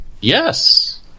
yes